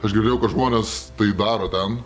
aš girdėjau kad žmonės tai daro ten